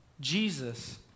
Jesus